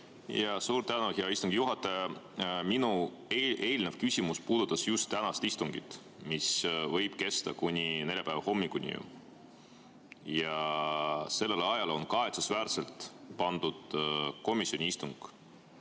Suur tänu, hea istungi juhataja! Minu eelmine küsimus puudutas just tänast istungit, mis võib kesta kuni neljapäeva hommikuni. Ja sellele ajale on kahetsusväärselt pandud komisjoni istung.